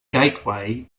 gateway